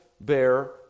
bear